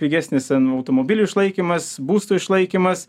pigesnis ten automobilių išlaikymas būsto išlaikymas